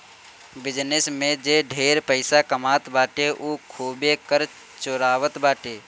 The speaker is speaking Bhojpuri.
बिजनेस में जे ढेर पइसा कमात बाटे उ खूबे कर चोरावत बाटे